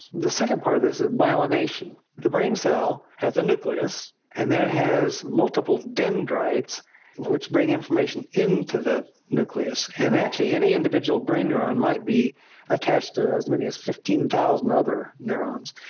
the second part of this is myelination. the brain cell has a nucleus and then it has multiple dendrites which bring information into the nucleus, and actually any individual brain neuron might be attached to as many as fifteen thousand other neurons.